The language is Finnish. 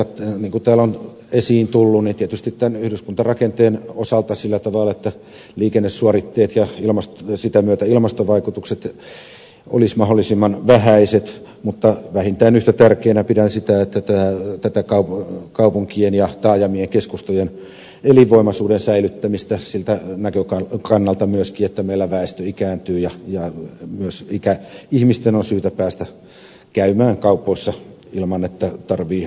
niin kuin täällä on esiin tullut tietysti tämän yhdyskuntarakenteen osalta sillä tavalla että liikennesuoritteet ja sen myötä ilmastovaikutukset olisivat mahdollisimman vähäiset mutta vähintään yhtä tärkeänä pidän tätä kaupunkien ja taajamien keskustojen elinvoimaisuuden säilyttämistä siltä näkökannalta myöskin että meillä väestö ikääntyy ja myös ikäihmisten on syytä päästä käymään kaupoissa ilman että tarvitsee omalla autolla liikkua